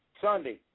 Sunday